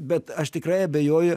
bet aš tikrai abejoju